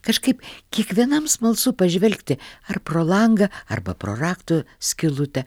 kažkaip kiekvienam smalsu pažvelgti ar pro langą arba pro rakto skylutę